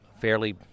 fairly